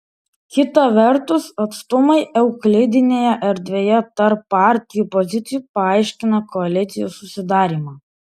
kita vertus atstumai euklidinėje erdvėje tarp partijų pozicijų paaiškina koalicijų susidarymą